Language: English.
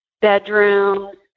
bedrooms